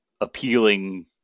appealing